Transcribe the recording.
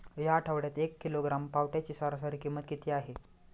या आठवड्यात एक किलोग्रॅम पावट्याची सरासरी किंमत किती आहे?